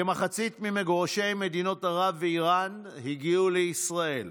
כמחצית ממגורשי מדינות ערב ואיראן הגיעו לישראל.